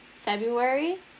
February